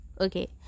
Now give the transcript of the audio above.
okay